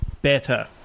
better